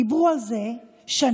דיברו על זה שנים,